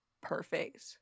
perfect